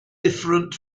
different